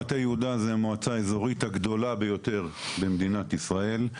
מטה יהודה היא מועצה אזורית הגדולה ביותר במדינת ישראל,